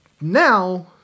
now